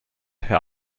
herr